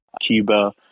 Cuba